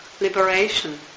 liberation